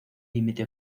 límite